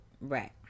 Right